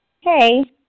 Hey